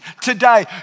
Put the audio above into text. today